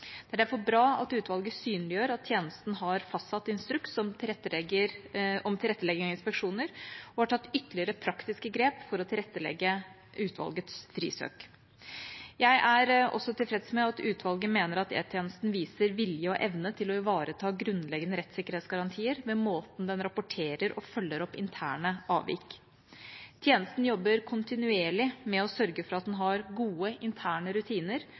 Det er derfor bra at utvalget synliggjør at tjenesten har fastsatt instruks om tilrettelegging og inspeksjoner og har tatt ytterligere praktiske grep for å tilrettelegge utvalgets frisøk. Jeg er også tilfreds med at utvalget mener at E-tjenesten viser vilje og evne til å ivareta grunnleggende rettssikkerhetsgarantier med måten den rapporterer og følger opp interne avvik. Tjenesten jobber kontinuerlig med å sørge for at den har gode interne rutiner